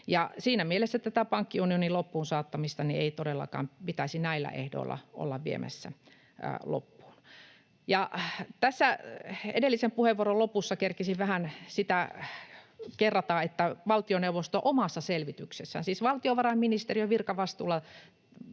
Siinä mielessä tätä pankkiunionin loppuunsaattamista ei todellakaan pitäisi näillä ehdoilla olla viemässä loppuun. Edellisen puheenvuoron lopussa kerkesin vähän sitä kerrata, että valtioneuvoston omassa selvityksessä, siis valtiovarainministeriön virkavastuulla